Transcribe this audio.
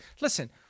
listen